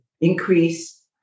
increase